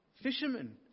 fishermen